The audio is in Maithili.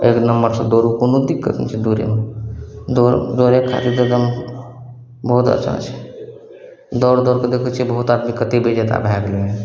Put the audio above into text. एक नम्मरसँ दौड़ू कोनो दिक्कत नहि छै दौड़यमे दौड़ दौड़य खातिर बहुत अच्छा छै दौड़ दौड़के देखय छियै बहुत आदमी कते विजेता भए गेलय